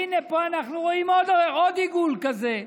הינה, פה אנחנו רואים עוד עיגול כזה.